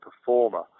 performer